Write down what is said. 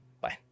Bye